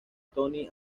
tony